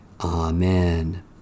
Amen